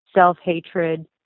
self-hatred